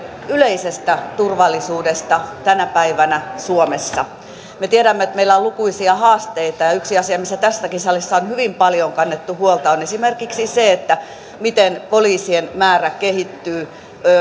yleisestä turvallisuudesta tänä päivänä suomessa me tiedämme että meillä on lukuisia haasteita yksi asia mistä tässäkin salissa on hyvin paljon kannettu huolta on esimerkiksi se miten poliisien määrä kehittyy